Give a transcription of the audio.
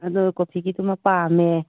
ꯑꯗꯣ ꯀꯣꯐꯤꯒꯤꯗꯨ ꯑꯃ ꯄꯥꯝꯃꯦ